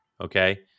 okay